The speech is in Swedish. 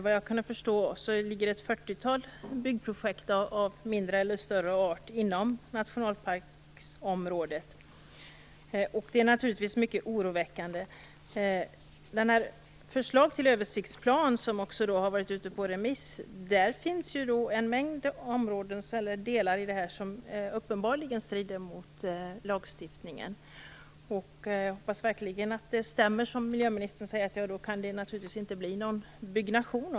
Vad jag kan förstå finns det ett fytiotal byggprojekt av större eller mindre omfattning när det gäller nationalstadsparksområdet. Det är naturligtvis mycket oroväckande. I det förslag till översiktsplan som också har varit ute på remiss finns det delar som uppenbarligen strider mot lagstiftningen. Jag hoppas verkligen att det stämmer som miljöministern säger att det i sådana fall naturligtvis inte kan bli någon byggnation.